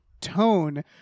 tone